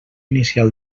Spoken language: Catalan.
inicial